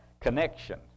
connection